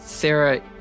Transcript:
Sarah